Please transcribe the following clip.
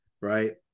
right